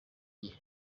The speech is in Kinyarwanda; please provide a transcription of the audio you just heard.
gihe